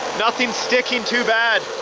nothing sticking too bad.